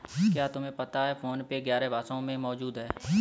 क्या तुम्हें पता है फोन पे ग्यारह भाषाओं में मौजूद है?